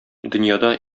дөньяда